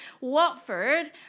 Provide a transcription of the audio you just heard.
Watford